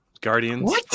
Guardians